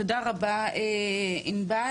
תודה רבה עינבל.